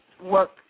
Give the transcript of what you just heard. work